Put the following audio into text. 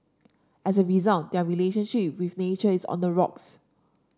as a result their relationship with nature is on the rocks